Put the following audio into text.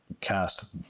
cast